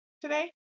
today